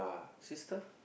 sister